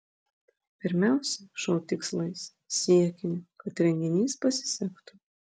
pirmiausia šou tikslais siekiniu kad renginys pasisektų